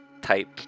type